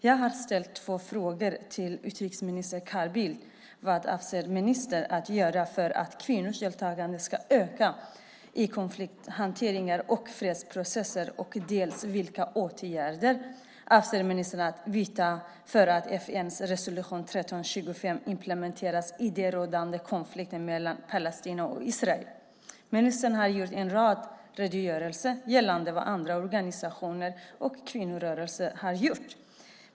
Jag har ställt två frågor till utrikesminister Carl Bildt: Vad avser ministern att göra för att kvinnors deltagande ska öka i konflikthantering och fredsprocesser? Vilka åtgärder avser ministern att vidta för att FN:s resolution 1325 implementeras i den rådande konflikten mellan Palestina och Israel? Ministern har gjort en rad redogörelser gällande vad andra organisationer och kvinnorörelser har gjort.